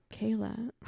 Kayla